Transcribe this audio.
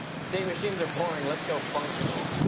state machines are boring. let's go functional,